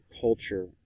culture